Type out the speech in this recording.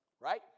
Right